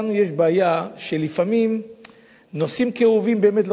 שלנו יש בעיה שלפעמים נושאים כאובים באמת,